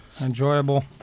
enjoyable